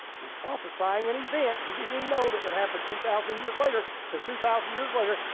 he's prophesying an event he didn't even know that would happen two thousand years later. cause two thousand years later,